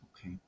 Okay